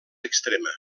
extrema